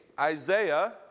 Isaiah